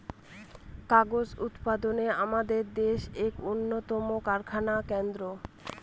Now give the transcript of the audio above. কাগজ উৎপাদনা আমাদের দেশের এক উন্নতম কারখানা কেন্দ্র